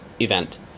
event